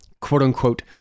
quote-unquote